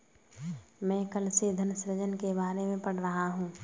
मैं कल से धन सृजन के बारे में पढ़ रहा हूँ